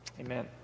amen